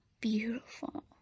beautiful